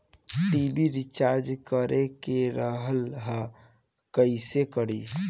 TV recharge करे के रहल ह कइसे करी?